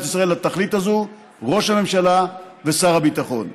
ישראל לתכלית הזו: ראש הממשלה ושר הביטחון.